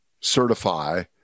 certify